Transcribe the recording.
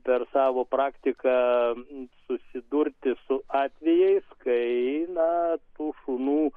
per savo praktiką susidurti su atvejais kai na tų šunų